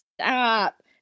stop